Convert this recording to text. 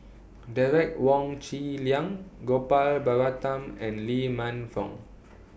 Derek Wong Zi Liang Gopal Baratham and Lee Man Fong